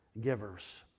givers